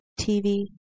TV